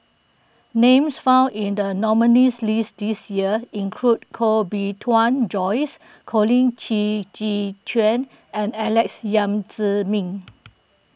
names found in the nominees list this year include Koh Bee Tuan Joyce Colin Qi Zhe Quan and Alex Yam Ziming